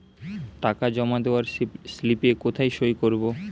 টাকা জমা দেওয়ার স্লিপে কোথায় সই করব?